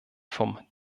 vom